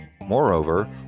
Moreover